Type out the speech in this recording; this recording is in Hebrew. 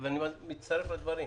אני מצטרף לדברים,